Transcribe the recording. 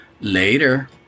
Later